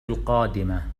القادمة